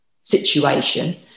situation